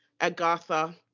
agatha